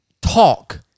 talk